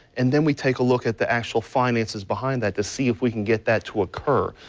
and then we take a look at the actual finances behind that to see if we can get that to occur.